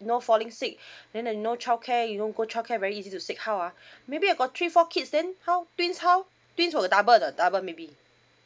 you know falling sick then the you know childcare you know go childcare very easy to seek how ah maybe I got three four kids then how twins how twins for the double double maybe